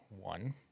One